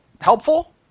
Helpful